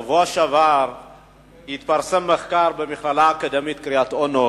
בשבוע שעבר התפרסם מחקר במכללה האקדמית קריית-אונו